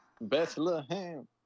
Bethlehem